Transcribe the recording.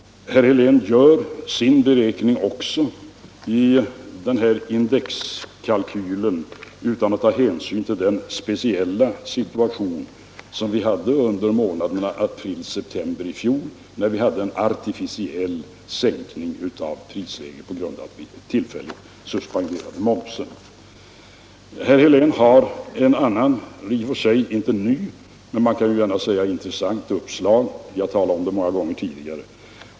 Herr Helén gör också sin beräkning i den här indexkalkylen utan att ta hänsyn till den speciella situation som vi hade under månaderna april-september i fjol med en artificiell sänkning av prisläget på grund av att vi tillfälligt sänkte momsen. Men herr Helén har ett annat uppslag, i och för sig inte nytt som är intressant — vi har talat om det många gånger tidigare.